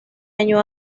año